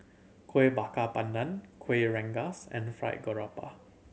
Kuih Bakar Pandan Kuih Rengas and Fried Garoupa